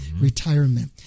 retirement